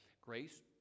grace